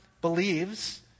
believes